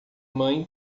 mãe